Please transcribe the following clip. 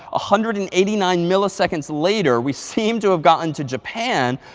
ah hundred and eighty nine milliseconds later, we seem to have gotten to japan.